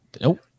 nope